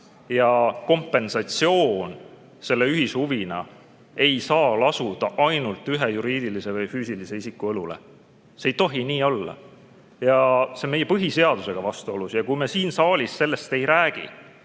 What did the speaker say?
ja kompensatsioon selle ühishuvina ei saa lasuda ainult ühe juriidilise või füüsilise isiku õlul. See ei tohi nii olla, see on meie põhiseadusega vastuolus. [Ei ole õige, et] me siin saalis sellest ei räägi